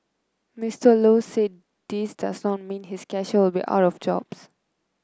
Mister Low said this does not mean his cashiers will be out of jobs